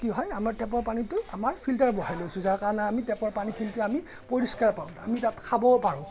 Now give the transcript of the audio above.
কি হয় আমাৰ টেপৰ পানীটো আমাৰ ফিল্টাৰ বহাই লৈছোঁ যাৰ কাৰণে আমি টেপৰ পানীখিনিদি আমি পৰিষ্কাৰ পাওঁ আমি তাক খাবও পাৰোঁ